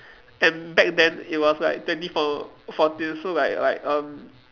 and back then it was like twenty four fourteen so like like um